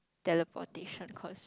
teleportation cause